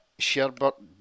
Sherbert